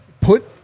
put